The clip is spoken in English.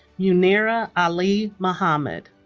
muneerah ali mohamed